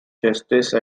justice